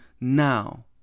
now